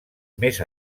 més